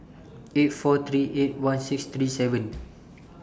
eight four three eight one six three seven